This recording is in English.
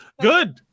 Good